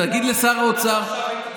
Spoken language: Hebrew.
תגיד לשר האוצר, עד עכשיו היית בסדר,